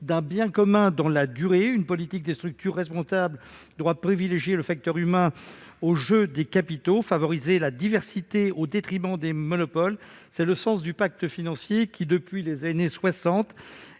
d'un bien commun dans la durée. Une politique des structures responsable doit privilégier le facteur humain aux dépens du jeu des capitaux et favoriser la diversité au détriment des monopoles : c'est le sens du pacte financier qui, depuis les années 1960,